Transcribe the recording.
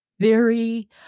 theory